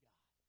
God